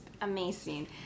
amazing